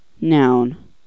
noun